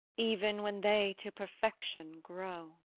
even when they to perfection grow!